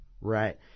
right